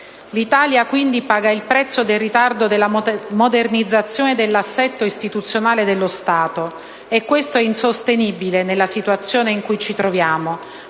L'Italia, quindi, paga il prezzo del ritardo della modernizzazione dell'assetto istituzionale dello Stato e questo è insostenibile nella situazione in cui ci troviamo,